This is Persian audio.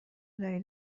داری